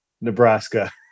Nebraska